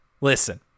Listen